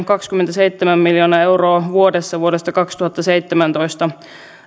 kaksikymmentäseitsemän miljoonaa euroa vuodessa vuodesta kaksituhattaseitsemäntoista